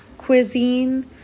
cuisine